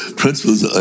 principles